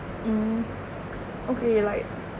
mm okay like